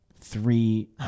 Three